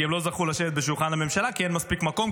הם לא זכו לשבת בשולחן הממשלה כי אין מספיק מקום,